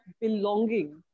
belonging